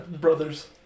Brothers